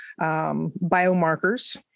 biomarkers